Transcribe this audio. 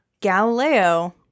Galileo